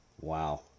Wow